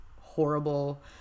horrible